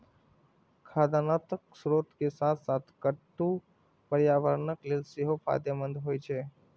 खाद्यान्नक स्रोत के साथ साथ कट्टू पर्यावरण लेल सेहो फायदेमंद होइ छै